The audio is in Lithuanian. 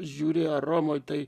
žiūri ar romoj tai